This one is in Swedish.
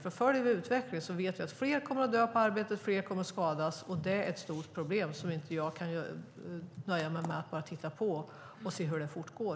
Vi vet nämligen att följer vi utvecklingen kommer fler att dö på arbetet och fler att skadas. Det är ett stort problem där jag inte kan nöja mig med att bara titta på och se hur det fortgår.